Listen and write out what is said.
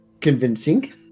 convincing